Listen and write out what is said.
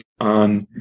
on